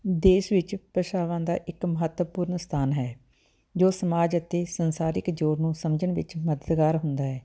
ਦੇਸ਼ ਵਿੱਚ ਭਾਸ਼ਾਵਾਂ ਦਾ ਇੱਕ ਮਹੱਤਵਪੂਰਨ ਸਥਾਨ ਹੈ ਜੋ ਸਮਾਜ ਅਤੇ ਸੰਸਾਰਕ ਜੋੜ ਨੂੰ ਸਮਝਣ ਵਿੱਚ ਮਦਦਗਾਰ ਹੁੰਦਾ ਹੈ